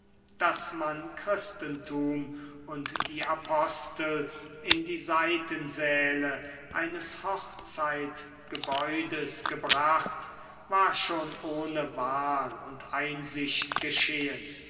daß man christum und die apostel in die seitensäle eines hochzeitgebäudes gebracht war schon ohne wahl und einsicht geschehen